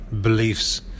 beliefs